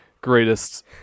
greatest